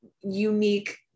unique